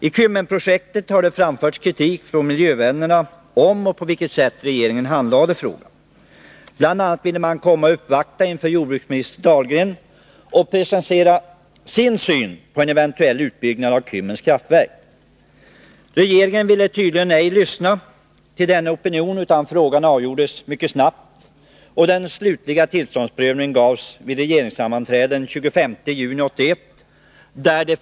I Kymmenprojektet har det framförts kritik från miljövännerna om det sätt på vilket regeringen handlagt frågan. Bl. a. ville man komma och uppvakta jordbruksminister Anders Dahlgren och presentera sin syn på en eventuell utbyggnad av Kymmens kraftverk. Regeringen ville tydligen ej lyssna till denna opinion. Frågan avgjordes mycket snabbt. Den slutliga tillståndsprövningen avgjordes vid regeringssammanträde den 25 juni 1981.